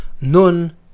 Nun